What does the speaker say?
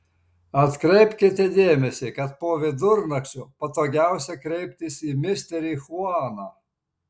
atkreipkite dėmesį kad po vidurnakčio patogiausia kreiptis į misterį chuaną